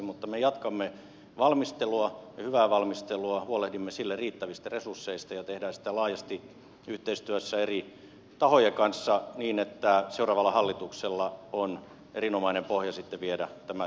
mutta me jatkamme hyvää valmistelua huolehdimme sillä riittävistä resursseista ja teemme siitä laajasti yhteistyössä eri tahojen kanssa niin että seuraavalla hallituksella on erinomainen pohja sitten viedä tämä työ päätökseen